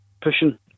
Pushing